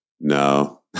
No